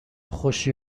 خوشی